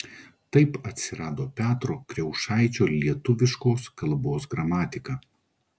taip atsirado petro kriaušaičio lietuviškos kalbos gramatika